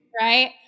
Right